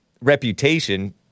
reputation